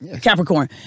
capricorn